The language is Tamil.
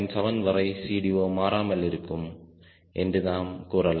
7 வரை CD0மாறாமல் இருக்கும் என்று நாம் கூறலாம்